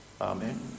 Amen